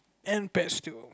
and pets too